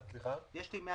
האם אתם מוכנים